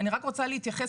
אני רק רוצה להתייחס,